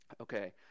okay